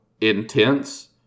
intense